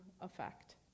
effect